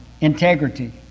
Integrity